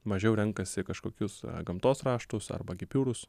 mažiau renkasi kažkokius gamtos raštus arba gipiūrus